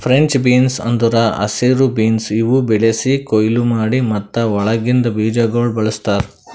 French beans ಅಂದುರ್ ಹಸಿರು beans ಇವು ಬೆಳಿಸಿ, ಕೊಯ್ಲಿ ಮಾಡಿ ಮತ್ತ ಒಳಗಿಂದ್ ಬೀಜಗೊಳ್ ಬಳ್ಸತಾರ್